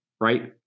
right